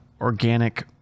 organic